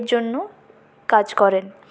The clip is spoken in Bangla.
জন্য কাজ করেন